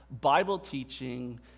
Bible-teaching